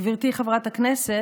גברתי חברת הכנסת,